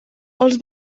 els